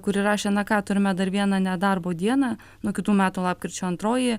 kuri rašė na ką turime dar vieną nedarbo dieną nuo kitų metų lapkričio antroji